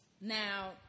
now